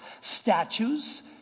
Statues